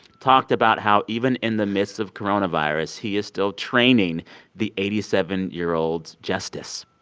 talked about how even in the midst of coronavirus he is still training the eighty seven year old justice.